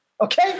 Okay